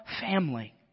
family